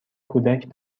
کودک